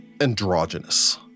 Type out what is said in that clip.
androgynous